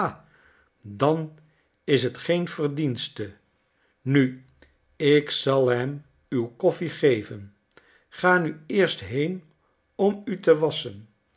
dan is het geen verdienste nu ik zal hem uw koffie geven ga nu eerst heen om u te wasschen